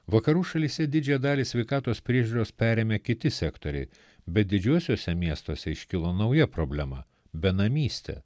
vakarų šalyse didžiąją dalį sveikatos priežiūros perėmė kiti sektoriai bet didžiuosiuose miestuose iškilo nauja problema benamystė